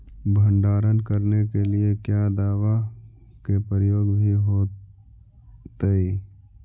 भंडारन करने के लिय क्या दाबा के प्रयोग भी होयतय?